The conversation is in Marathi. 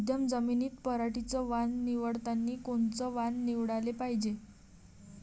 मध्यम जमीनीत पराटीचं वान निवडतानी कोनचं वान निवडाले पायजे?